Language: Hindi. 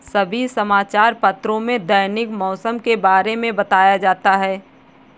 सभी समाचार पत्रों में दैनिक मौसम के बारे में बताया जाता है